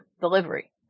delivery